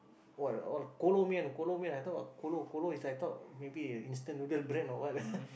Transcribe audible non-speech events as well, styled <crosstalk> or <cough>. what all Kolo Mian Kolo Mian I thought what Kolo Kolo is I thought maybe a instant noodle brand or what <laughs>